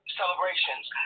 celebrations